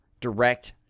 Direct